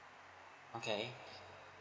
okay